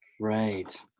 Right